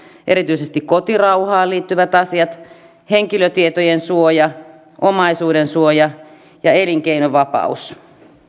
erityisesti kotirauhaan liittyvät asiat henkilötietojen suoja omaisuudensuoja ja elinkeinovapaus